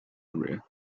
area